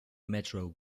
metro